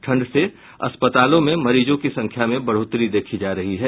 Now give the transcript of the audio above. ठंड से अस्पतालों में मरीजों की संख्या में बढ़ोतरी देखी जा रही है